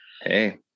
hey